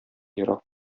ерак